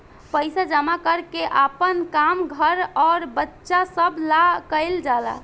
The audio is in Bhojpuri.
पइसा जमा कर के आपन काम, घर अउर बच्चा सभ ला कइल जाला